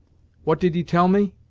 what did he tell me?